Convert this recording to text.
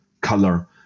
color